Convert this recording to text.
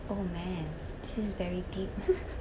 oh man this is very deep